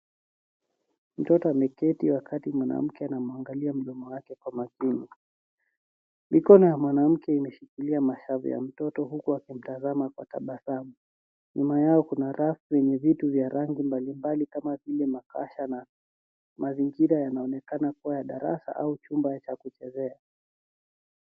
Mtoto ameketi wakati mwanamke anamwangalia mdomo wake kwa makini mikono ya mwanamke imeshikilia mashavu ya mtoto huku akimtazama kwa tabasamu mashavu nyuma yao kuna rafu yenye vitu vya rangi mbali mbali kama vile makasha na mazingira yanaonekana kuwa ya darasa au chumba cha kuchezea.